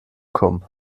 kommen